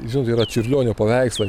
žinot yra čiurlionio paveikslai